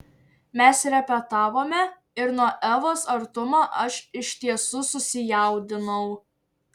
mes repetavome ir nuo evos artumo aš iš tiesų susijaudinau